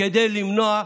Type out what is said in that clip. כדי למנוע,